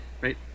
Right